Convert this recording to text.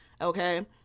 okay